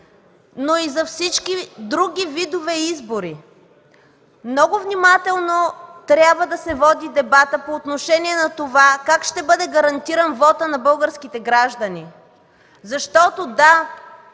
но и за всички други видове избори. Много внимателно трябва да се води дебатът по отношение на това как ще бъде гарантиран вотът на българските граждани, защото –